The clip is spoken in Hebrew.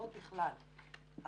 בחירות בכלל,